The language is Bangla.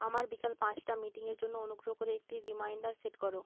আমার বিকাল পাঁচটা মিটিং এর জন্য অনুগ্রহ করে একটি রিমাইন্ডার সেট করো